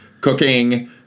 cooking